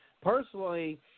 Personally